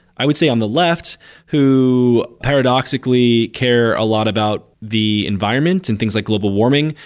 i would say on the left who paradoxically care a lot about the environment and things like global warming,